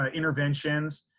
ah interventions,